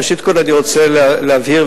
ראשית אני רוצה להבהיר,